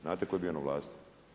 Znate tko je bio na vlasti?